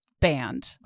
band